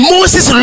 Moses